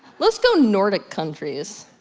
let's go nordic countries.